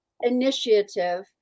initiative